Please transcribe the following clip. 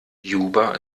juba